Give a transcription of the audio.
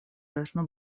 должно